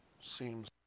seems